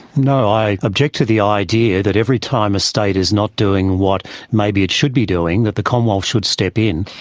no, i object to the idea that every time a state is not doing what maybe it should be doing, that the commonwealth should step in.